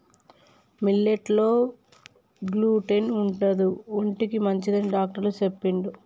millet లో gluten ఉండదు ఒంటికి మంచిదని డాక్టర్ చెప్పిండు